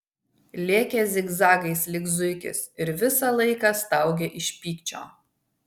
lėkė zigzagais lyg zuikis ir visą laiką staugė iš pykčio